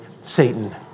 Satan